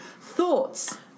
Thoughts